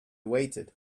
waited